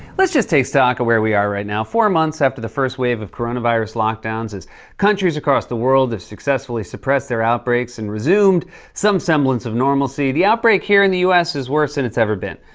let's just take stock of where we are right now. four months after the first wave of coronavirus lockdowns as countries across the world have successfully suppressed their outbreaks and resumed some semblance of normalcy, the outbreak here in the u s is worse than it's ever been.